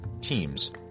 teams